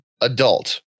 adult